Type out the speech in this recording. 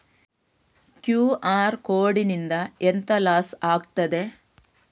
QR code ನಿಂದ ಎಂತ loss ಆಗ್ತದೆ?